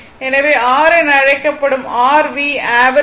எனவே r என அழைக்கப்படும் rV ஆவரேஜ்